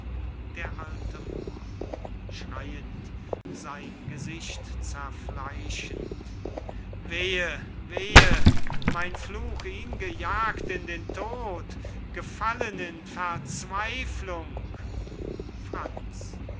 d a moor schreyend sein gesicht zerfleischend wehe wehe mein fluch ihn gejagt in den tod gefallen in verzweiflung franz